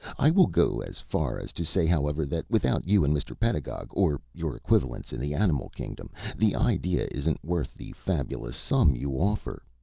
i will go as far as to say, however, that without you and mr. pedagog, or your equivalents in the animal kingdom, the idea isn't worth the fabulous sum you offer.